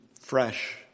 fresh